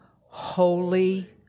holy